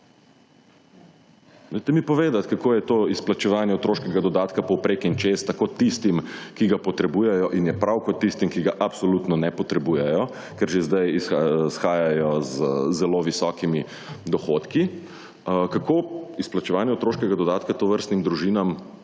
Dajte mi povedati kako je to izplačevanje otroškega dodatka povprek in čez tako tistim, ki ga potrebujejo in je prav kot tistim, ki ga absolutno ne potrebujejo, ker že zdaj izhajajo z zelo visokimi dohodki. Kako izplačevanje otroškega dodatka tovrstnim družinam